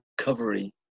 recovery